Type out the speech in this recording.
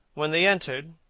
when they entered,